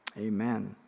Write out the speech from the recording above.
Amen